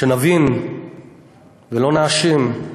שנבין ולא נאשים,